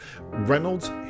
Reynolds